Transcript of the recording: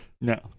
No